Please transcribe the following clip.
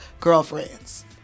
girlfriends